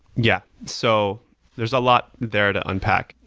yeah so there's a lot there to unpack.